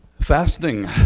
Fasting